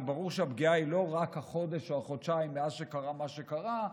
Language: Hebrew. וברור שהפגיעה היא לא רק חודש או חודשיים מאז שקרה מה שקרה,